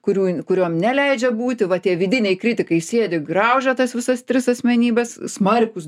kurių kuriom neleidžia būti va tie vidiniai kritikai sėdi graužia tas visas tris asmenybes smarkūs